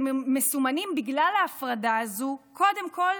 שמסומנים בגלל ההפרדה הזו קודם כול